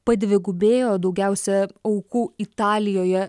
padvigubėjo daugiausia aukų italijoje